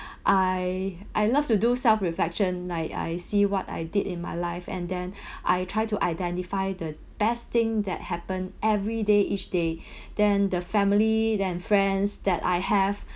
I I love to do self-reflection like I see what I did in my life and then I try to identify the best thing that happen every day each day then the family then friends that I have